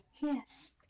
Yes